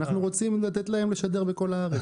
אנחנו רוצים לתת להם לשדר בכל הארץ,